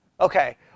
okay